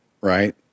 right